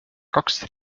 kaks